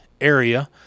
area